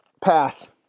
pass